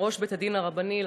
לראש בית-הדין הרבני,